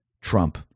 Trump